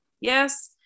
Yes